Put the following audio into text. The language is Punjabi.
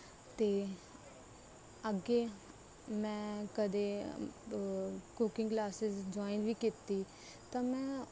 ਅਤੇ ਅੱਗੇ ਮੈਂ ਕਦੇ ਕੁਕਿੰਗ ਕਲਾਸਿਸ ਜੁਆਇਨ ਵੀ ਕੀਤੀ ਤਾਂ ਮੈਂ